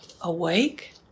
awake